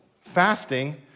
Fasting